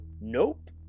Nope